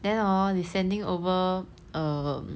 then hor they sending over um